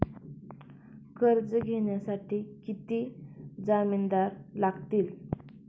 कर्ज घेण्यासाठी किती जामिनदार लागतील?